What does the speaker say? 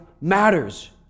matters